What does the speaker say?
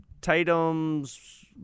Tatum's